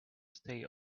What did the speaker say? stay